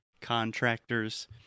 contractors